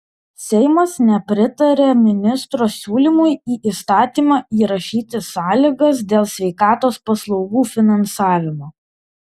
seimas nepritarė ministro siūlymui į įstatymą įrašyti sąlygas dėl sveikatos paslaugų finansavimo